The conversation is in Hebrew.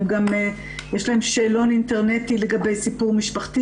יש להם גם שאלון אינטרנטי לגבי הסיפור המשפחתי,